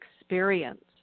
experience